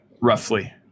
roughly